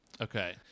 Okay